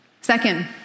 Second